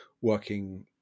working